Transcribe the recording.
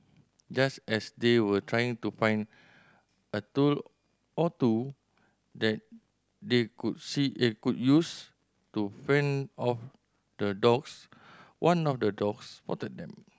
just as they were trying to find a tool or two that they could see they could use to fend off the dogs one of the dogs spotted them